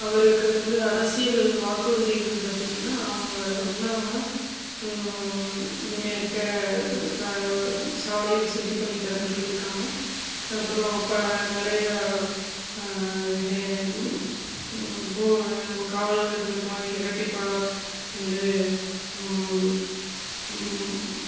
அவருக்கு வந்து அரசியல் வாக்குறுதிகள் பார்த்தீங்கன்னா அவங்க வந்தாங்கன்னால் இங்கே இருக்கற க சாலை வசதி பண்ணி தரேன்னு சொல்லியிருக்காங்க அப்புறம் அப்போ நிறையா இப்போ காவலர்களுக்குலாம் இரட்டிப்பாக வந்து